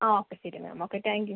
ആ ഓക്കെ ശരി ma'am okay thank U